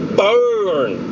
burn